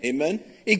Amen